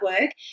work